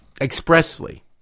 expressly